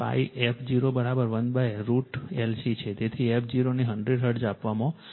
તેથી f0 ને 100 hertz આપવામાં આવે છે